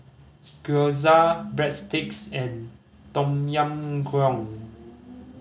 Gyoza Breadsticks and Tom Yam Goong